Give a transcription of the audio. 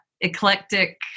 eclectic